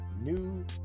New